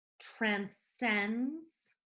transcends